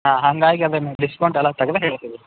ಹಾಂ ಹಾಗಾಗಿ ಅದನ್ನ ಡಿಸ್ಕೌಂಟ್ ಎಲ್ಲ ತೆಗ್ದು ಹೇಳ್ತಿರೋದು ಸರ್